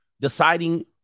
deciding